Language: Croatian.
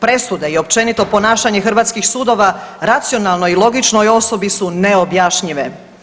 Presude i općenito ponašanje hrvatskih sudova racionalnoj i logičnoj osobi su neobjašnjive.